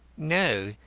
no.